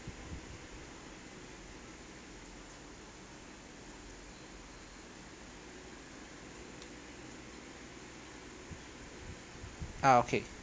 ah okay